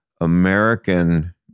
American